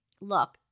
look